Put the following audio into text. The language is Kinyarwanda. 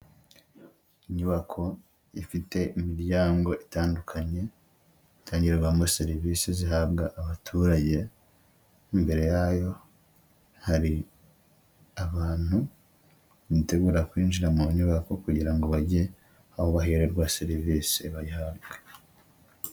Inyubako ifite imiryango itandukanye itanyurwamo serivisi zihabwa abaturage, imbere yayo hari abantu bitegura kwinjira mu nyubako, kugira ngo bajye aho bahererwa serivisi bayihabwe.